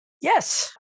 Yes